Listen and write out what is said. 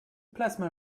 plasma